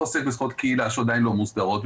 לא עוסק בזכויות קהילה שעדיין לא מוסדרות,